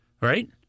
right